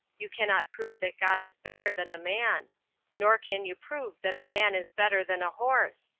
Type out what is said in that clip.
you cannot prove that god is better than a man nor can you prove that a man is better than a horse.